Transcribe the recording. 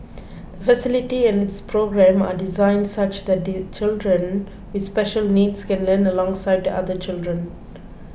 the facility and its programme are designed such that children with special needs can learn alongside other children